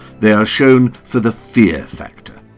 they are shown for the fear factor.